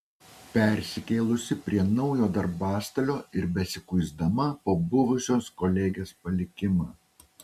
persikėlusi prie naujo darbastalio ir besikuisdama po buvusios kolegės palikimą